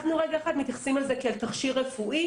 אנחנו מתייחסים לזה כאל תכשיר רפואי